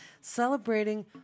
celebrating